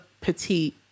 petite